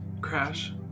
crash